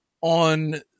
on